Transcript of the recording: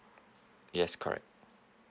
yes correct